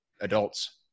adults